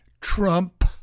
Trump